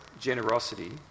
Generosity